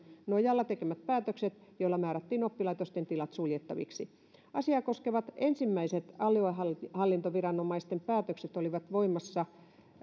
nojalla tekemät päätökset joilla määrättiin oppilaitosten tilat suljettaviksi asiaa koskevat ensimmäiset aluehallintoviranomaisten päätökset olivat voimassa